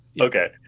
Okay